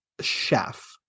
chef